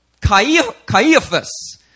Caiaphas